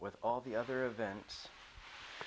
with all the other events